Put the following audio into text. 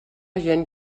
gent